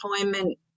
employment